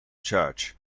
church